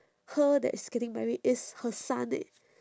her that's getting married ist' her son eh